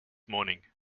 morning